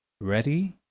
Ready